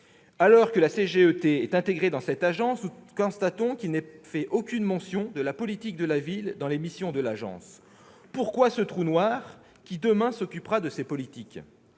Alors que le CGET est intégré dans cette agence, nous constatons qu'il n'est fait aucune mention de la politique de la ville dans les missions de cette dernière. Pourquoi ce trou noir ? Qui s'occupera demain de ces politiques ?